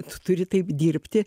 tu turi taip dirbti